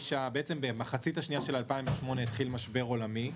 במחצית השנייה של 2008 התחיל משבר עולמי,